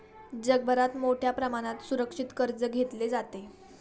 जगभरात मोठ्या प्रमाणात सुरक्षित कर्ज घेतले जाते